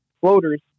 floaters